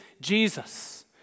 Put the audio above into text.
Jesus